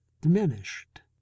diminished